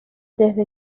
desde